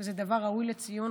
וזה דבר ראוי לציון,